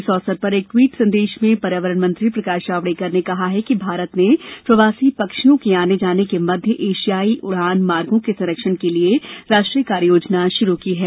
इस अवसर पर एक ट्वीट संदेश में पर्यावरण मंत्री प्रकाश जावड़ेकर ने कहा है कि भारत ने प्रवासी पक्षियों के आने जाने के मध्य एशियाई उड़ान मार्गों के संरक्षण के लिए राष्ट्रीय कार्य योजना शुरू की है